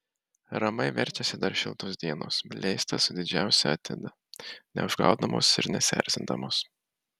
ramiai verčiasi dar šiltos dienos blėsta su didžiausia atida neužgaudamos ir nesierzindamos